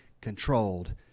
controlled